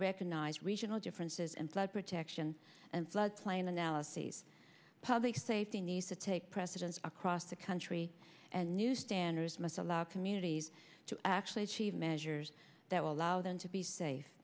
recognise regional differences and flood protection and flood plain analyses public safety needs to take precedence across the country and new standards must allow communities to actually achieve measures that will allow them to be safe